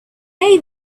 day